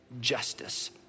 justice